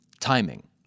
Timing